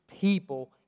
people